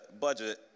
budget